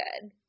good